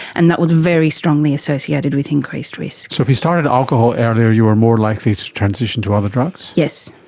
and that was very strongly associated with increased risk. so if you started alcohol earlier you were more likely to transition to other drugs? yes,